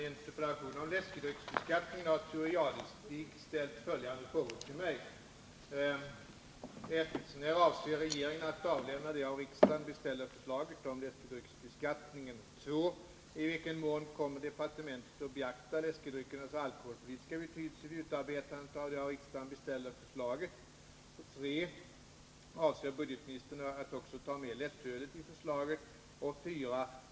Herr talman! I en interpellation om läskedrycksbeskattningen har Thure Jadestig ställt följande frågor till mig: 2. I vilken mån kommer departementet att beakta läskedryckernas alkoholpolitiska betydelse vid utarbetandet av det av riksdagen beställda förslaget? 3. Avser budgetministern att också ta med lättölet i förslaget? 4.